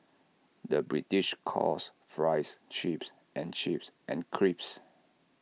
the British calls Fries Chips and chips and crisps